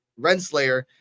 Renslayer